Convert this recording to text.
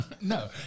No